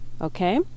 Okay